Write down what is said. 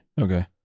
Okay